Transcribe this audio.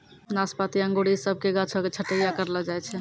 नाशपाती अंगूर इ सभ के गाछो के छट्टैय्या करलो जाय छै